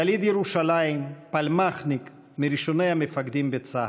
יליד ירושלים, פלמ"חניק, מראשוני המפקדים בצה"ל,